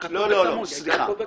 כתוב: בצמוד.